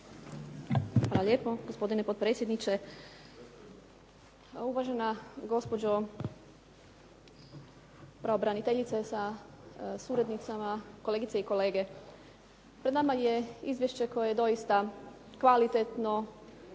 Hvala lijepo, gospodine potpredsjedniče. Uvažena gospođo pravobraniteljice sa suradnicama. Kolegice i kolege. Pred nama je izvješće koje je doista kvalitetno,